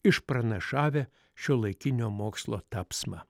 išpranašavę šiuolaikinio mokslo tapsmą